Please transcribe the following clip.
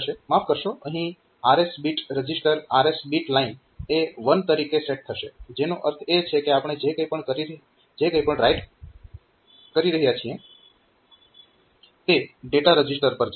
માફ કરશો અહીં RS bit register RS bit line એ 1 તરીકે સેટ થશે જેનો અર્થ એ છે કે આપણે જે કંઈ પણ રાઈટ કરી રહ્યા છીએ તે ડેટા રજીસ્ટર પર જશે